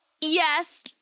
yes